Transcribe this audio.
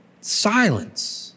silence